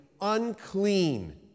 unclean